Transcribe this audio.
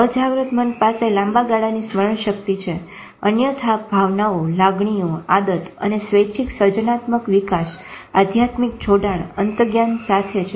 અજાગ્રત મન પાસે લાંબા ગાળાની સ્મરણ શક્તિ છે અન્યથા ભાવનાઓ લાગણીઓ આદત અને સ્વૈચ્છીક સર્જનાત્મક વિકાસ આધ્યાત્મિક જોડાણ અંતજ્ઞાન સાથે છે